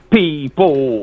people